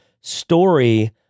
story